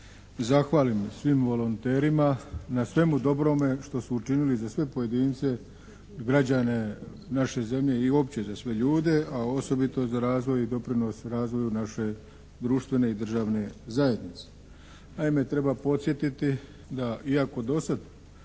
zahvalim svim volonterima na svemu dobrome što su učinili za sve pojedince i građane naše zemlje i uopće za sve ljude a osobito za razvoj i doprinos razvoju naše društvene i državne zajednice. Naime, treba podsjetiti iako do sad